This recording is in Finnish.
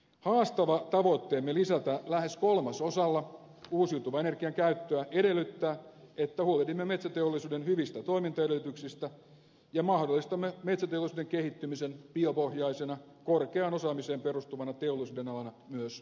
haastava tavoitteemme lisätä lähes kolmasosalla uusiutuvan energian käyttöä edellyttää että huolehdimme metsäteollisuuden hyvistä toimintaedellytyksistä ja mahdollistamme metsäteollisuuden kehittymisen biopohjaisena korkeaan osaamiseen perustuvana teollisuudenalana myös jatkossa